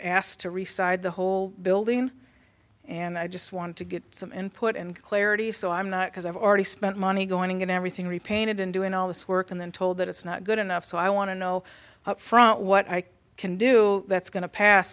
asked to resize the whole building and i just want to get some input and clarity so i'm not because i've already spent money going to get everything repainted and doing all this work and then told that it's not good enough so i want to know upfront what i can do that's going to pass